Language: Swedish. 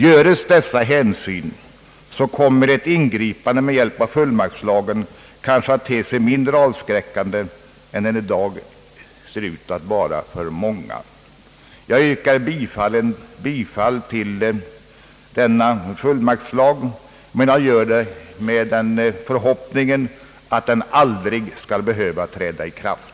Tas dessa hänsyn kommer ett ingripande med hjälp av fullmaktslagen kanske att te sig mindre avskräckande än det i dag kan förefalla för många kommuner. Jag kommer att yrka bifall till den föreslagna fullmaktslagen, men jag gör det i den förhoppningen att den aldrig skall behöva träda i kraft.